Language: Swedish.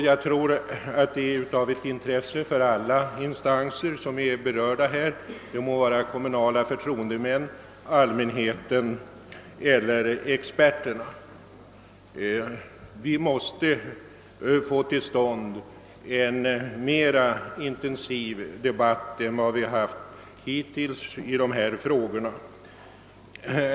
Jag tror att Jetta är av intresse för alla berörda instanser — de må vara kommunala förtroendemän, allmänhet eller experter. Vi måste få till stånd en mer intensiv debatt än vi hittills haft i dessa frågor.